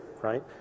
Right